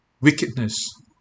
wickedness